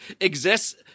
exists